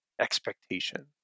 expectation